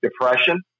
depression